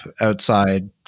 outside